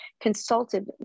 consulted